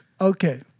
Okay